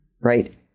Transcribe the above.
right